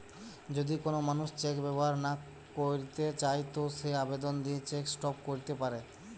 যদি কোন মানুষ চেক ব্যবহার না কইরতে চায় তো সে আবেদন দিয়ে চেক স্টপ ক্যরতে পারে